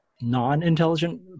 non-intelligent